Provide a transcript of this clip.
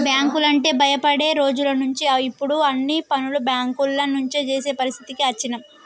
బ్యేంకులంటే భయపడే రోజులనుంచి ఇప్పుడు అన్ని పనులు బ్యేంకుల నుంచే జేసే పరిస్థితికి అచ్చినం